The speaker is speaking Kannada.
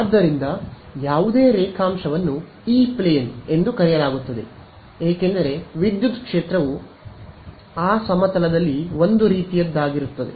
ಆದ್ದರಿಂದ ಯಾವುದೇ ರೇಖಾಂಶವನ್ನು ಇ ಪ್ಲೇನ್ ಎಂದು ಕರೆಯಲಾಗುತ್ತದೆ ಏಕೆಂದರೆ ವಿದ್ಯುತ್ ಕ್ಷೇತ್ರವು ಆ ಸಮತಲದಲ್ಲಿ ಒಂದು ರೀತಿಯದ್ದಾಗಿರುತ್ತದೆ